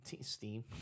Steam